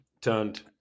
Turned